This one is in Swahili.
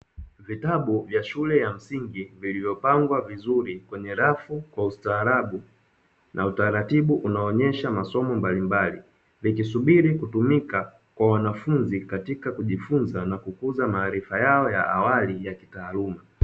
Vitabu vya shule ya msingi vilivyopangwa vizuri kwenye rafu kwa ustaarabu na utaratibu unaoonyesha masomo mbalimbali vikisubiri kutumika kwa wanafunzi katika kujifuza na kukuza maarifa yao ya awali ya kitaaluma.